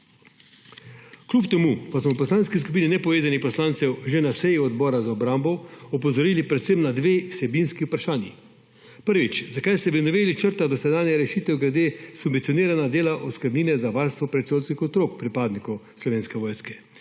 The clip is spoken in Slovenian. Kljub temu smo v Poslanski skupini nepovezanih poslancev že na seji Odbora za obrambo opozorili predvsem na dve vsebinski vprašanji. Prvič. Zakaj se v noveli črta dosedanja rešitev glede subvencioniranja dela oskrbnine za varstvo predšolskih otrok pripadnikov Slovenske vojske?